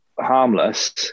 harmless